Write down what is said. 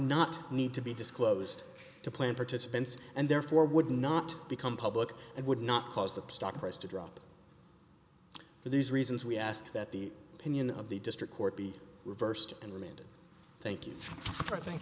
not need to be disclosed to plan participants and therefore would not become public and would not cause the stock price to drop for these reasons we asked that the opinion of the district court be reversed and remanded thank you for think